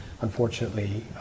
unfortunately